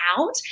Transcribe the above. out